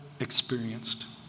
Experienced